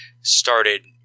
started –